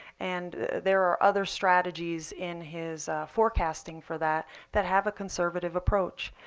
and there are other strategies in his forecasting for that that have a conservative approach.